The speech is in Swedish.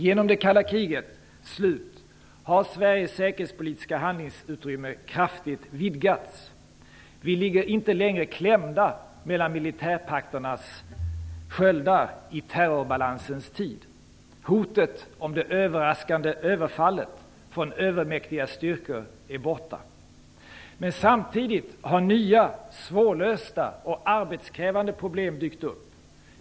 Genom det kalla krigets slut har Sveriges säkerhetspolitiska handlingsuttrymme kraftigt vidgats. Vi ligger inte längre klämda mellan militärpakternas sköldar i terrorbalansens tid. Hotet om det överraskande anfallet från övermäktiga styrkor är borta. Men samtidigt har nya, svårlösta och arbetskrävande problem dykt upp.